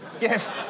Yes